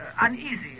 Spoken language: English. uneasy